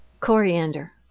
Coriander